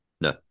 no